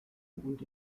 und